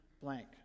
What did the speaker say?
blank